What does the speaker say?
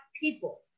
people